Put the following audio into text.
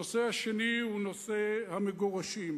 הנושא השני הוא נושא המגורשים.